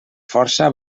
força